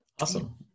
Awesome